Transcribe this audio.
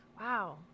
Wow